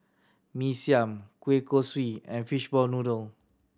Mee Siam kueh kosui and fishball noodle